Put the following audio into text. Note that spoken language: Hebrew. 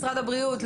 משרד הבריאות,